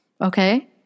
Okay